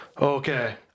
Okay